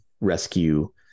rescue